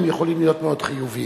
הם יכולים להיות מאוד חיוביים.